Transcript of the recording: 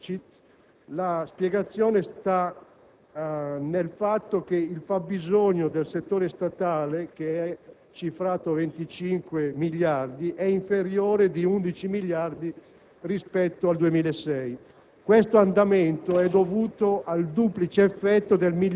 Migliorano le previsioni tendenziali del *deficit*: la spiegazione sta nel fatto che il fabbisogno del settore statale, cifrato in 25 miliardi, è inferiore di 11 miliardi rispetto al 2006.